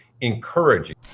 encouraging